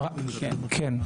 כן.